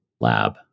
lab